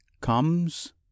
comes